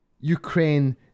Ukraine